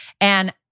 And-